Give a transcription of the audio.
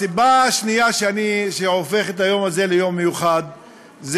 הסיבה השנייה שהופכת את היום הזה ליום מיוחד היא